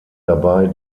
dabei